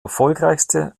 erfolgreichste